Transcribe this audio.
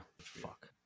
Fuck